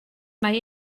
mae